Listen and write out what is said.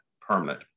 permanent